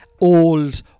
old